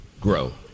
grow